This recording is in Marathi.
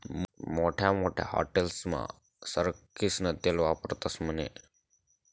मोठमोठ्या हाटेलस्मा सरकीनं तेल वापरतस म्हने